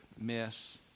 miss